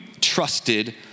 trusted